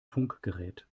funkgerät